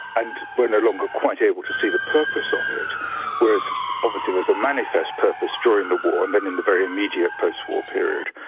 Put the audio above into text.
and were no longer quite able to see the purpose of it whereas obviously there's a manifest purpose during the war and then in the immediate post-war period,